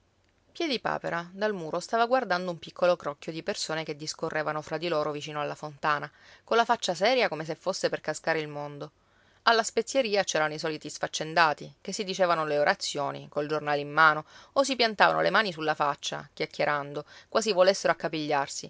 niente piedipapera dal muro stava guardando un piccolo crocchio di persone che discorrevano fra di loro vicino alla fontana colla faccia seria come se fosse per cascare il mondo alla spezieria c'erano i soliti sfaccendati che si dicevano le orazioni col giornale in mano o si piantavano le mani sulla faccia chiacchierando quasi volessero accapigliarsi